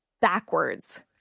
backwards